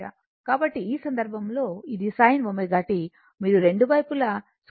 కాబట్టి ఈ సందర్భంలో ఇది sin ω t మీరు రెండు వైపులా √ R 2 1 ω c 2